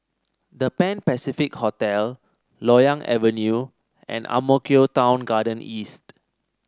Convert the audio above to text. The Pan Pacific Hotel Loyang Avenue and Ang Mo Kio Town Garden East